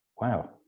wow